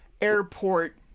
airport